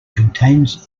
contains